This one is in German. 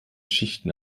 schichten